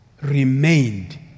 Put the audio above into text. remained